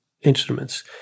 instruments